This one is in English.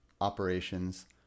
operations